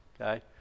okay